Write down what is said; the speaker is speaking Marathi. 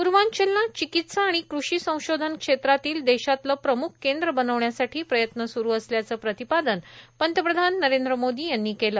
पूर्वांचलला चिकित्सा आणि कृषी संशोधन क्षेत्रात देशातील प्रमुख केंद्र बनवण्यासाठी प्रयत्न सुरू असल्याचं प्रतिपादन पंतप्रधान नरेंद्र मोदी यांनी केलं